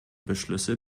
beschlüsse